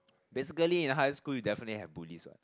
basically in a high school you definitely have bullies what